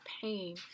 pain